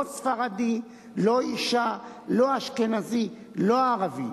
לא ספרדי, לא אשה, לא אשכנזי ולא ערבי,